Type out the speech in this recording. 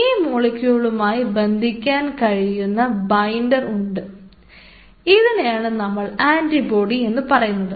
ഈ മോളികുകളുമായി ബന്ധിക്കാൻ കഴിയുന്ന ബൈൻഡർ ഉണ്ട് ഇതിനെയാണ് നമ്മൾ ആൻറിബോഡി എന്നു പറയുന്നത്